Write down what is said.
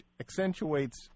accentuates